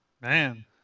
Man